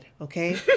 okay